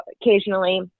occasionally